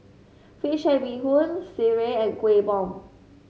fish head Bee Hoon sireh and Kueh Bom